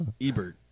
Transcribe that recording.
Ebert